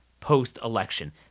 post-election